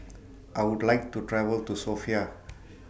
I Would like to travel to Sofia